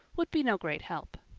would be no great help.